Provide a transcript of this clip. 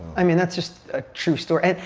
i mean, that's just a true story.